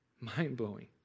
mind-blowing